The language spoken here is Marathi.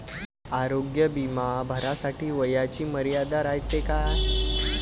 आरोग्य बिमा भरासाठी वयाची मर्यादा रायते काय?